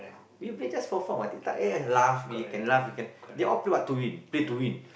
we play just for fun [what] eh laugh we can laugh we can they all play what to win play to win